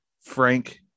Frank